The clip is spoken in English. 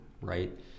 right